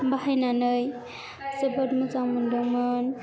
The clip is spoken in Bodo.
बाहायनानै जोबोद मोजां मोनदोंमोन